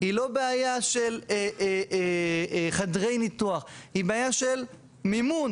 היא לא בעיה של חדרי ניתוח, היא בעיה של מימון.